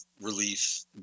relief